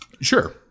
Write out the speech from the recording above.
Sure